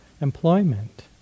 employment